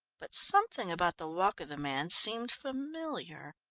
but something about the walk of the man seemed familiar.